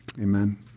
amen